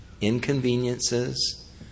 inconveniences